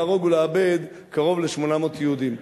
להרוג ולאבד קרוב ל-800 יהודים.